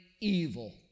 evil